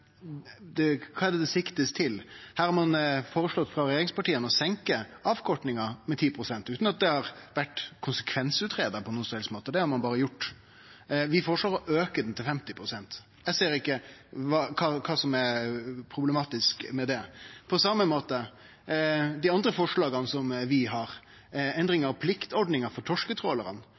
Kva blir det sikta til? Her har ein frå regjeringspartia føreslege å senke avkortinga med 10 pst., utan at konsekvensane har vore greidde ut på nokon som helst måte. Det har ein berre gjort. Vi føreslår å auke ho til 50 pst. Eg ser ikkje kva som er problematisk med det. På same måte, med tanke på dei andre forslaga vi har: Blant anna har forslaget om endring av pliktordninga for